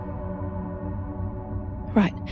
Right